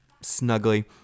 snugly